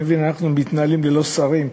אני מבין שאנחנו מתנהלים ללא שרים,